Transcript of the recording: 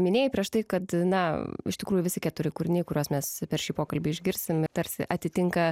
minėjai prieš tai kad na iš tikrųjų visi keturi kūriniai kuriuos mes per šį pokalbį išgirsim tarsi atitinka